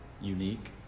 unique